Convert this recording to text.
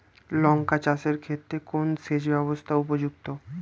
লঙ্কা চাষের ক্ষেত্রে কোন সেচব্যবস্থা উপযুক্ত?